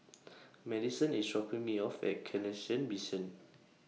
Maddison IS dropping Me off At Canossian Mission